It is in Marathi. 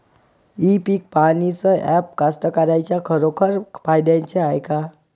इ पीक पहानीचं ॲप कास्तकाराइच्या खरोखर फायद्याचं हाये का?